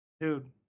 Dude